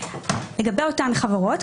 לגבי אותן חברות,